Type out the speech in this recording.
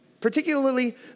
Particularly